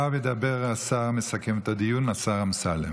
אחריו ידבר השר המסכם את הדיון, השר אמסלם.